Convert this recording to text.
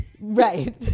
Right